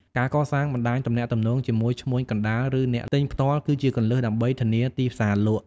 ការកសាងបណ្តាញទំនាក់ទំនងជាមួយឈ្មួញកណ្តាលឬអ្នកទិញផ្ទាល់ គឺជាគន្លឹះដើម្បីធានាទីផ្សារលក់។